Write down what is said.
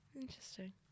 Interesting